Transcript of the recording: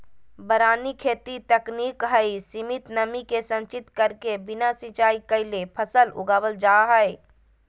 वारानी खेती तकनीक हई, सीमित नमी के संचित करके बिना सिंचाई कैले फसल उगावल जा हई